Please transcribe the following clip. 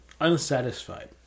unsatisfied